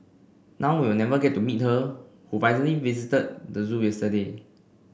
now we'll never get to meet her who finally visited the zoo yesterday